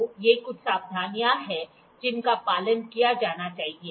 तो ये कुछ सावधानियां हैं जिनका पालन किया जाना चाहिए